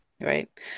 Right